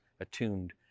attuned